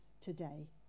today